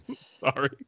sorry